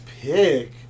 pick